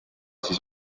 siis